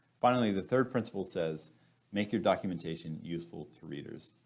finally, the third principle says make your documentation useful to readers.